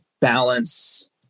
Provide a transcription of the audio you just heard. balance